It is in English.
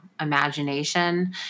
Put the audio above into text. imagination